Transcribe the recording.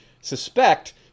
suspect